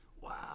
Wow